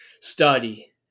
study